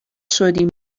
شدیم